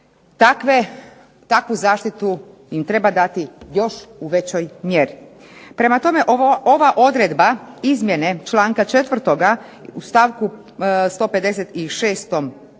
takvu zaštitu im treba dati još u većoj mjeri. Prema tome, ova odredba izmjene članka 4. u stavku 156a.